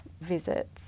visits